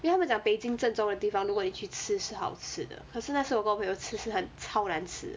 因为他们讲北京正宗的地方如果你去吃是好吃的可是那时候我跟朋友吃是很超难吃